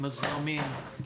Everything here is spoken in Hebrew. עם הזרמים,